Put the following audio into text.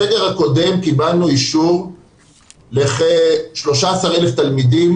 בסגר הקודם קיבלנו אישור לכ-13,000 תלמידים